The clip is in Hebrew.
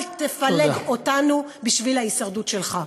אל תפלג אותנו בשביל ההישרדות שלך.